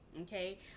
Okay